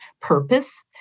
purpose